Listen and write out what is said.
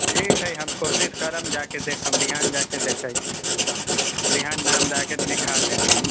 ठीक हइ हम कोशिश करब जाके देखब बिहान जा कऽ देखैत छी बिहान नाम जा कऽ लिखा देब हम